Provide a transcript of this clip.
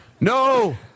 no